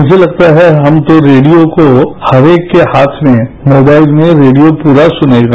मुझे लगता है हम तो रेडियो को हर एक के हाथ में मोबाइल में रेडियो पूरा सुनेगा